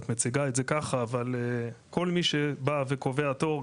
את מציגה את זה ככה אבל כל מי שבא וקובע תור,